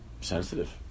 sensitive